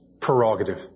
Prerogative